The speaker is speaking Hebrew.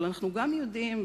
אבל אנחנו גם יודעים,